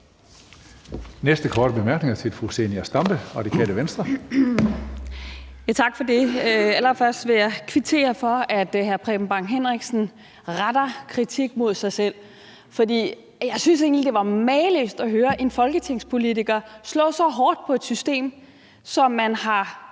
Næste korte bemærkning er til fru Zenia Stampe, Radikale Venstre. Kl. 16:07 Zenia Stampe (RV): Tak for det. Allerførst vil jeg kvittere for, at hr. Preben Bang Henriksen retter kritik mod sig selv, for jeg synes egentlig, det var mageløst at høre en folketingspolitiker slå så hårdt på et system, som man har